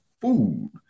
food